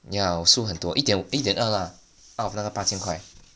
yeah 我输很多一点一点二啦 out of 那个八千块